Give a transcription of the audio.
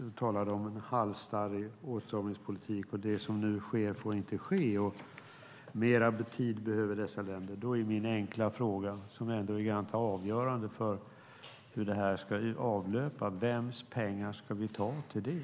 Du talade om en hallstarrig åtstramningspolitik, att det som nu sker inte får ske och att dessa länder behöver mer tid. Då är min enkla fråga som ändå är ganska avgörande för hur det här ska avlöpa: Vems pengar ska vi ta till det?